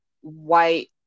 white